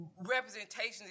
representation